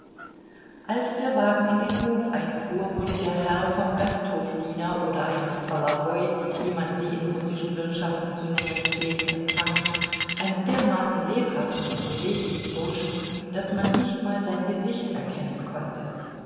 als der wagen in den hof einfuhr wurde der herr vom gasthofdiener oder einem polowoi wie man sie in russischen wirtschaften zu nennen pflegt empfangen einem dermaßen lebhaften und beweglichen burschen daß man nicht mal sein gesicht erkennen konnte